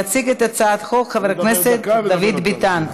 יציג את הצעת החוק חבר הכנסת דוד ביטן.